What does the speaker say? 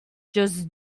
just